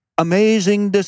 Amazing